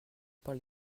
pas